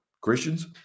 Christians